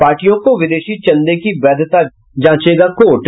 पार्टियों को विदेशी चंदे की वैधता जांयेगा कोर्ट